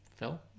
Phil